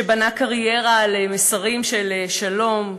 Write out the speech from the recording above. שבנה קריירה למסרים של שלום,